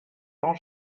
tant